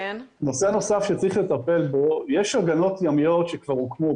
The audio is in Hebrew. נוסף שצריך לטפל בו, יש הגנות ימיות שכבר הוקמו.